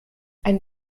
ein